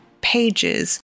pages